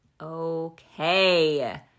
Okay